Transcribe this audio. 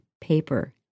paper